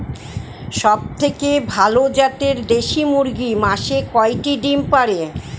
সবথেকে ভালো জাতের দেশি মুরগি মাসে কয়টি ডিম পাড়ে?